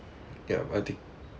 ya I think